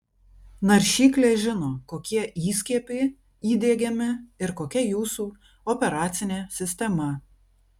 naršyklė žino kokie įskiepiai įdiegiami ir kokia jūsų operacinė sistema